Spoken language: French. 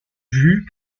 vue